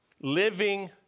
living